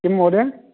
किं महोदय